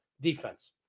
defense